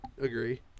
Agree